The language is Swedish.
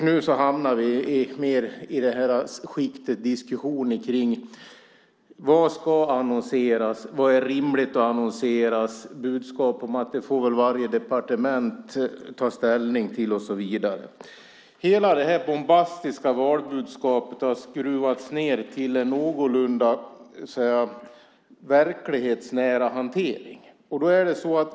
Nu hamnar vi mer i skiktet som rör diskussion om vad som ska annonseras, vad som är rimligt att annonseras, budskap om att det får väl varje departement ta ställning till och så vidare. Hela detta bombastiska valbudskap har skruvats ned till en någorlunda verklighetsnära hantering.